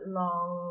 long